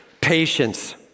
patience